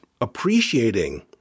appreciating